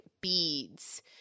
beads